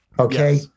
Okay